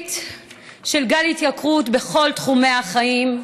קריטית של גל התייקרות בכל תחומי החיים,